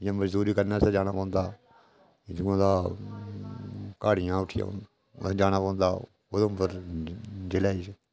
जां मजदूरी करने आस्तै जाना पौंदा इत्थूं दा घाड़ियां उट्ठियै जाना पौंदा उधमपुर जिले च